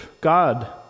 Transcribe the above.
God